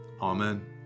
Amen